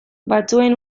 batzuen